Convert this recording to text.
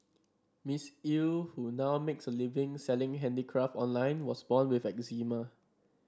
Miss Eu who now makes a living selling handicraft online was born with eczema